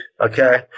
okay